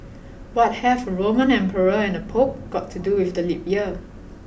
what have a Roman emperor and a Pope got to do with the leap year